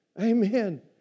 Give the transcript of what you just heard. Amen